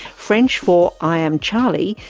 french for i am charlie,